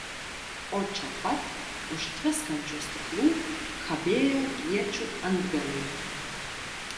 o čia pat už tviskančių stiklų kabėjo iečių antgaliai